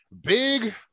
big